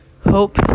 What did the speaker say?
Hope